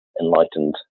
enlightened